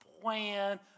plan